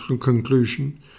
conclusion